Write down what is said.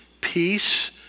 peace